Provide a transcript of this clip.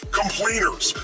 complainers